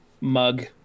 mug